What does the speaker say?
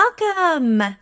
Welcome